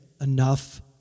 enough